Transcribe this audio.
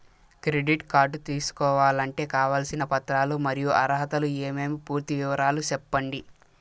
Credit card తీసుకోవాలంటే కావాల్సిన పత్రాలు మరియు అర్హతలు ఏమేమి పూర్తి వివరాలు సెప్పండి?